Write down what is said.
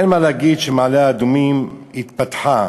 אין מה להגיד, מעלה-אדומים התפתחה,